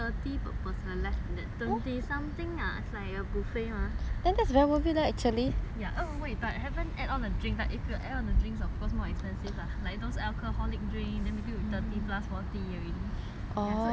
it's like buffet mah ya oh wait but haven't add on the drink but if you add on the drinks of course more expensive lah like those alcoholic drinks then maybe thirty plus forty leh already so if you just 单单 on the food